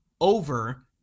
over